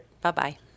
Bye-bye